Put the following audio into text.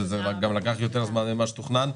זה גם לקח יותר זמן מאשר תוכנן,